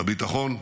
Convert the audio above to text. בביטחון,